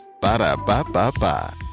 Ba-da-ba-ba-ba